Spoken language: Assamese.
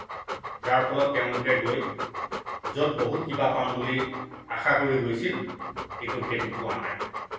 যাৰ ফলত তেওঁলোকে গৈ য'ত বহুত কিবা পাম বুলি আশা কৰি গৈছিল কিন্তু সেইটো পোৱা নাই